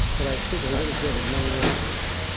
but i speak a little bit of many languages.